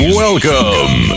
welcome